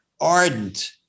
ardent